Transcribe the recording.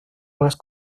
más